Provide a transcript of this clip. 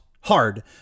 hard